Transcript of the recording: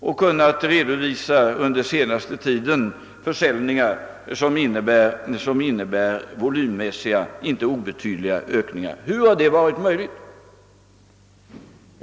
Företaget har under den senaste tiden redovisat försäljningar som volymmässigt innebär en inte obetydlig ökning. Hur har detta varit möjligt?